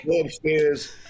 upstairs